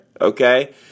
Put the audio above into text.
okay